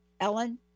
ellen